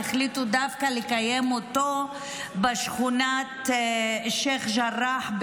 החליטו לקיים אותו דווקא בשכונת שייח' ג'ראח,